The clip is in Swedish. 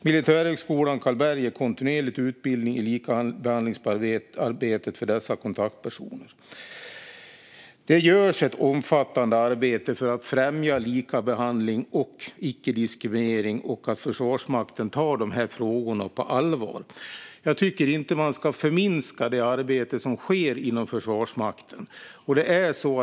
Militärhögskolan Karlberg ger kontinuerligt utbildning i likabehandlingsarbetet för dessa kontaktpersoner." Det görs ett omfattande arbete för att främja likabehandling och ickediskriminering, och Försvarsmakten tar de här frågorna på allvar. Jag tycker inte att man ska förminska det arbete som sker inom Försvarsmakten.